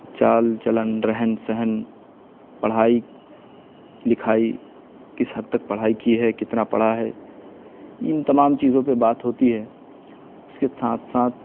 چال چلن رہن سہن پڑھائی لکھائی کس حد تک پڑھائی کی ہے کتنا پڑھا ہے ان تمام چیزوں پہ بات ہوتی ہے اس کے ساتھ ساتھ